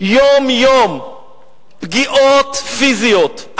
יום יום פגיעות פיזיות,